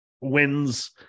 wins